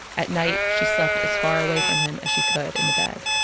at night, she slept as far away from him as she could in the bed.